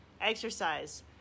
exercise